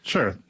Sure